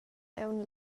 aunc